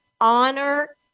honor